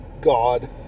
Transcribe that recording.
god